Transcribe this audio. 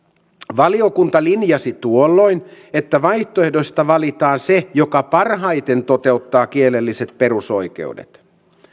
valiokunta linjasi tuolloin että vaihtoehdoista valitaan se joka parhaiten toteuttaa kielelliset perusoikeudet